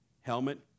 Helmet